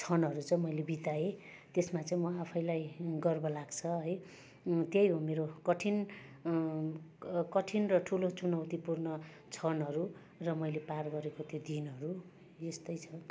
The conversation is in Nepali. क्षणहरू चाहिँ मैले बिताएँ त्यसमा चाहिँ म आफैलाई गर्व लाग्छ है त्यही मेरो कठिन कठिन र ठुलो चुनौतीपूर्ण क्षणहरू र मैले पार गरेको त्यो दिनहरू यस्तै छ